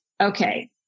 okay